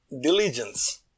diligence